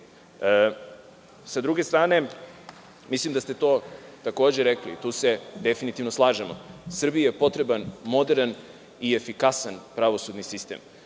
druge strane, mislim da ste to rekli, tu se definitivno slažemo, Srbiji je potreban moderan i efikasan pravosudni sistem.